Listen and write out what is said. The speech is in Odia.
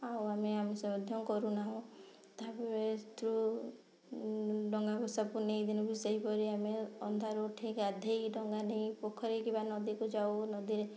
ଆଉ ଆମେ ଆମିଷ ମଧ୍ୟ କରୁ ନାହୁଁ ତାପରେ ଡ଼ଙ୍ଗା ଭସା ପୁନେଇଁ ଦିନକୁ ସେହିପରି ଆମେ ଅନ୍ଧାରୁ ଉଠି ଗାଧୋଇ ଡଙ୍ଗା ନେଇ ପୋଖରୀ କିମ୍ବା ନଦୀକୁ ଯାଉ ନଦୀରେ